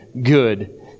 good